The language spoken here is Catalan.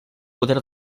poder